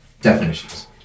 definitions